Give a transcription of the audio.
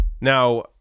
Now